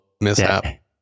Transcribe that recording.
mishap